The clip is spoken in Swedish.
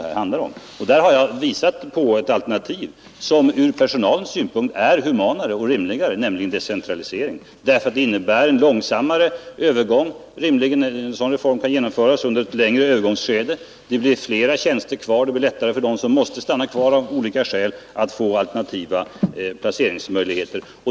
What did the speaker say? Jag har där anvisat ett alternativ, som från personalens synpunkt är humanare och rimligare, nämligen decentralisering. En sådan reform kan genomföras under ett längre övergångsskede och flera tjänster blir kvar, vilket medför att det blir lättare för dem som måste stanna att få alternativa placeringsmöjligheter.